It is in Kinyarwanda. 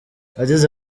yagize